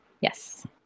Yes